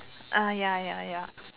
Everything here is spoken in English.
ah ya ya ya